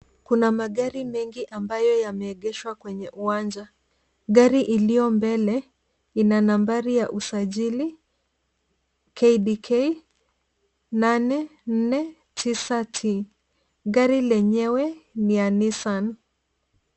Kuna magari mengi ambayo yameegeshwa kwenye uwanja. Gari iliyo mbele ina nambari ya usajili KDK 849T. Gari lenyewe ni ya Nissan.